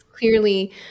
clearly